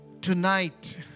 tonight